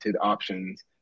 options